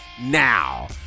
now